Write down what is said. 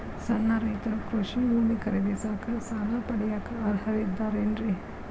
ಸಣ್ಣ ರೈತರು ಕೃಷಿ ಭೂಮಿ ಖರೇದಿಸಾಕ, ಸಾಲ ಪಡಿಯಾಕ ಅರ್ಹರಿದ್ದಾರೇನ್ರಿ?